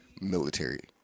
Military